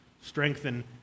strengthen